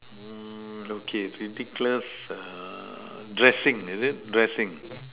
okay okay it's ridiculous uh dressing is it dressing